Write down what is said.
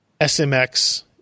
SMX